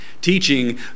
teaching